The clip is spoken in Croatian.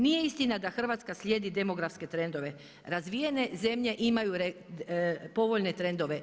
Nije istina da Hrvatska slijedi demografske trendove, razvijene zemlje imaju povoljne trendove.